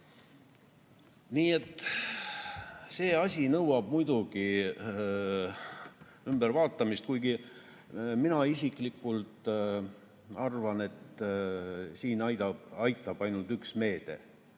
Nii et see asi nõuab muidugi ümbervaatamist, kuigi mina isiklikult arvan, et siin aitab ainult üks meede.